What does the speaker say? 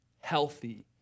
healthy